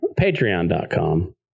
patreon.com